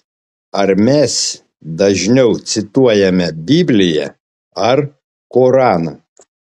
ar mes dažniau cituojame bibliją ar koraną